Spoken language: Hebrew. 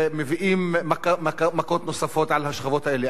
מביאים מכות נוספות על השכבות האלה.